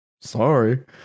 Sorry